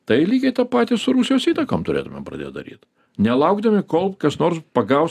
tai lygiai tą patį su rusijos įtakom turėtumėm pradėt daryt nelaukdami kol kas nors pagaus